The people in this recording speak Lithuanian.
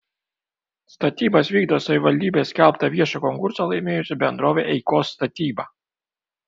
statybas vykdo savivaldybės skelbtą viešą konkursą laimėjusi bendrovė eikos statyba